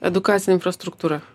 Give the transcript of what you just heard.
edukacinę infrastruktūrą